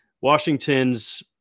Washington's